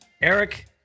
Eric